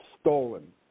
stolen